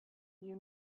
you